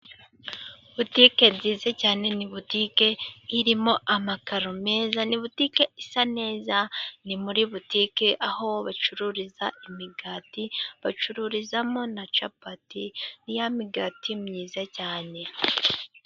Butike nziza cyane, ni butike irimo amakaro meza, ni butike isa neza, ni muri butike aho bacururiza imigati, bacururizamo na capati, ni ya migati myiza cyane.